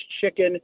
chicken